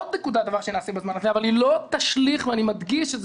עוד נקודה שנעשה בזמן הזה אבל היא לא תשליך ואני מדגיש את זה,